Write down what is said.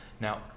Now